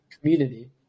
community